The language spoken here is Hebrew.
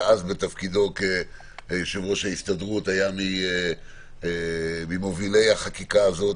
שבתפקידו אז כיושב-ראש ההסתדרות היה ממובילי החקיקה הזאת,